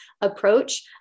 approach